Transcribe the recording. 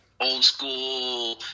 old-school